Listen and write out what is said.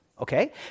okay